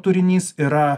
turinys yra